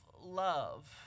love